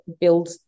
build